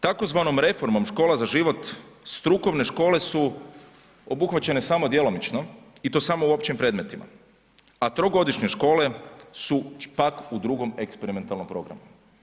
Tzv. reformom Škola za život strukovne škole su obuhvaćene samo djelomično, i to samo u općim predmetima, a trogodišnje škole su pak u drugom eksperimentalnom programu.